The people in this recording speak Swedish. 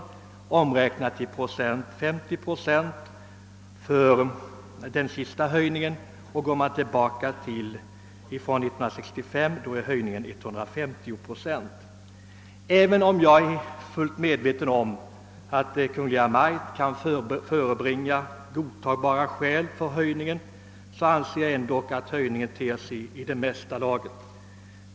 I procent räknat höjdes avgiften med 50 procent den 1 januari 1969. Från 1965 har avgiften höjts med 150 procent. Även om jag är fullt medveten om att Kungl. Maj:t kan förebringa godtagbara skäl för höjningen anser jag ändå att den är i mesta laget.